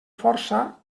força